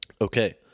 Okay